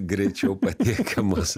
greičiau patiekiamos